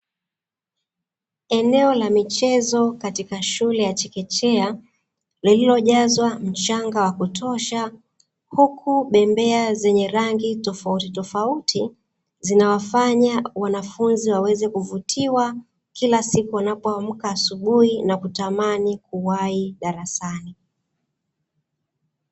Eneo la michezo katika shule ya chekechea lililojazwa mchanga wa kutosha, huku bembea zenye rangi tofauti tofauti zinawafanya wanafunzi waweze kuvutiwa kila siku wanapoamka asubuhi na kutamani kuwahi darasani.